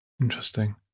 interesting